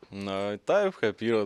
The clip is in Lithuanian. na taip kaip yra